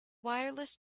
wireless